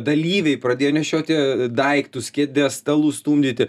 dalyviai pradėjo nešioti daiktus kėdes stalus stumdyti